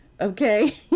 okay